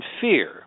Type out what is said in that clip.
fear